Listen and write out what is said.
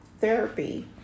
therapy